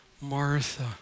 Martha